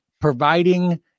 Providing